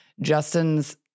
Justin's